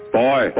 boy